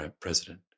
president